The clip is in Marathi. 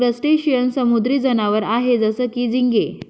क्रस्टेशियन समुद्री जनावर आहे जसं की, झिंगे